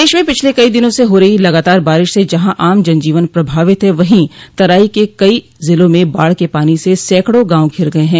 प्रदेश में पिछले कई दिनों से हो रही लगातार बारिश से जहां आम जनजीवन प्रभावित है वहीं तराई के कई ज़िलों में बाढ़ के पानी से सैकड़ों गांव घिर गये हैं